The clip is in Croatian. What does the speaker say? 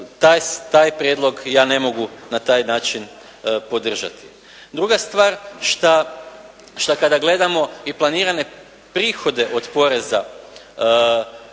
taj prijedlog ja ne mogu na taj način podržati. Druga stvar šta kada gledamo i planirane prihode od poreza